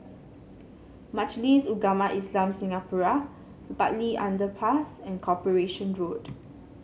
Majlis Ugama Islam Singapura Bartley Underpass and Corporation Road